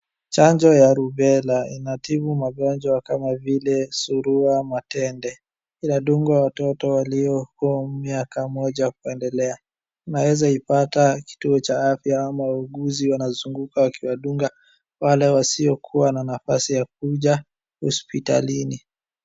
Chanjo ya rubella inatibu magonjwa kama vile surua, matende, inadungwa watoto walio kwa miaka moja kuendelea. Unaweza ipata kituo cha afya ama uuguzi wanazunguka wakiwadunga wale wasiokuwa na nafasi ya kuja hospitalini.